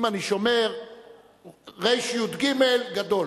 אם אני שומר רי"ג, גדול.